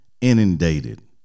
inundated